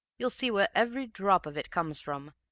you'll see where every drop of it comes from,